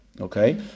okay